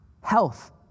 Health